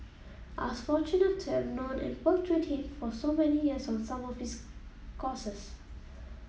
I was fortunate to have known and worked with him for so many years on some of his causes